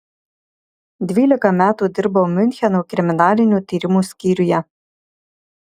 dvylika metų dirbau miuncheno kriminalinių tyrimų skyriuje